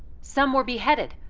some were beheaded,